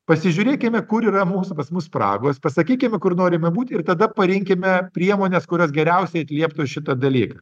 pasižiūrėkime kur yra mūsų pas mus spragos pasakykim kur norime būti ir tada parinkime priemones kurios geriausiai atlieptų šitą dalyką